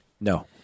No